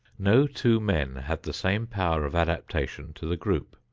no two men have the same power of adaptation to the group,